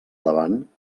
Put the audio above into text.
davant